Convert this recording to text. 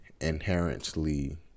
inherently